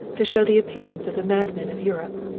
to show the appearance of the madmen of europe?